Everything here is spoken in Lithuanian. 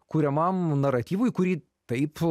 kuriamam naratyvui kurį taip